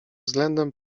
względem